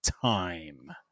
time